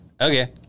Okay